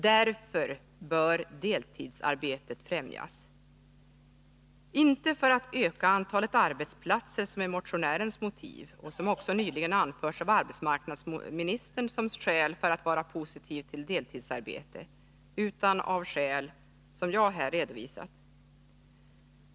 Därför bör deltidsarbete främjas— inte för att öka antalet arbetsplatser, som är motionärens motiv och som också nyligen anförts av arbetsmarknadsministern som skäl för att vara positiv till deltidsarbete, utan av skäl som jag nu redovisat.